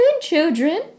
children